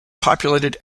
populated